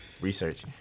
Research